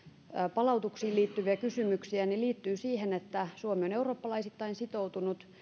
palautuksiin liittyviä kysymyksiä liittyy siihen että suomi on eurooppalaisittain sitoutunut